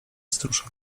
stróż